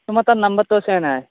তোমাৰ তাত নম্বৰটো আছে নে নাই